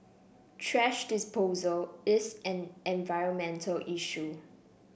thrash disposal is an environmental issue